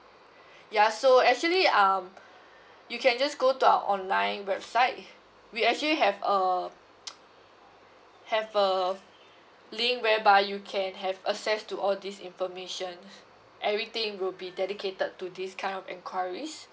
ya so actually um you can just go to our online website we actually have uh have uh link whereby you can have access to all this information everything will be dedicated to this kind of enquiries